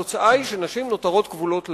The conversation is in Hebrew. התוצאה היא שנשים נותרות כבולות לבית.